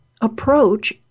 approach